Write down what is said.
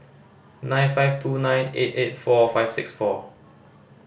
nine five two nine eight eight four five six four